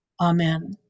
Amen